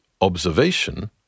observation